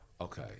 Okay